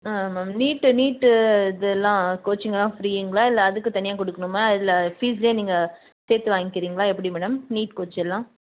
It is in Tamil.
ம் ஆமாம் நீட்டு நீட்டு இதெல்லாம் கோச்சிங்லாம் ஃபிரீங்களா அதுக்கு தனியாக கொடுக்கணுமா இல்லை ஃபீஸ்ல நீங்கள் சேர்த்து வாங்கிக்குறிங்களா எப்படி மேடம் நீட் கோச்சிங்லாம்